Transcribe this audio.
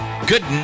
good